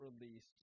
released